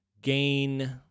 gain